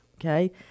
Okay